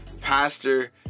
pastor